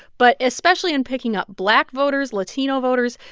but especially in picking up black voters, latino voters,